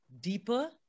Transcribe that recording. deeper